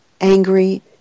angry